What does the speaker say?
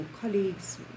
colleagues